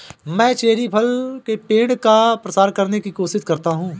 मैं चेरी फल के पेड़ का प्रसार करने की कोशिश कर रहा हूं